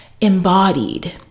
embodied